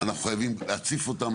שאנחנו חייבים להציף אותם,